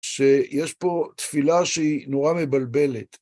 שיש פה תפילה שהיא נורא מבלבלת.